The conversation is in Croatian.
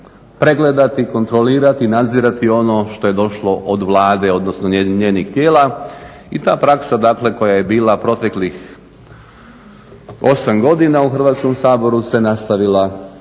pregledati, kontrolirati, nadzirati ono što je došlo od Vlade odnosno njenih tijela. I ta praksa, dakle koja je bila proteklih 8 godina u Hrvatskom saboru se nastavila i